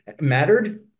mattered